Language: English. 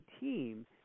team